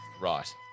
right